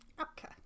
Okay